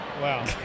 Wow